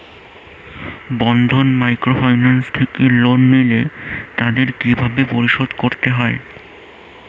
বন্ধন microfinance থেকে loan নিলে তাদের কিভাবে পরিশোধ করতে হয়?